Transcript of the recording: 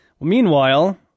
Meanwhile